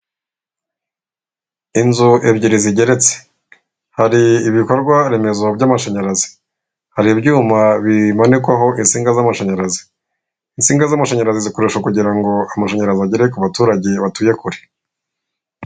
Inzu ebyiri zigeretse hari ibikorwa remezo by'amashanyarazi hari ibyuma bibonekwaho insinga z'amashanyarazi ,insinga z'amashanyarazi koreshwa kugira ngo amashanyarazi agere ku baturage batuye kure .